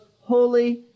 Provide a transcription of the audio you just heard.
holy